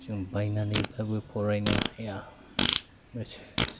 जों बायनानैबाबो फरायनो हाया एसे